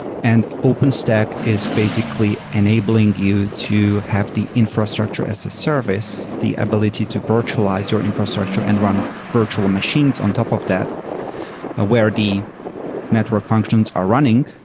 and openstack is basically enabling you to have the infrastructure as a service, the ability to virtualize your infrastructure and run virtual machines on top of that ah where the network functions are running,